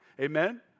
Amen